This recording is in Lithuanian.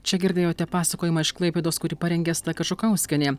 čia girdėjote pasakojimą iš klaipėdos kurį parengė asta kažukauskienė